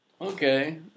okay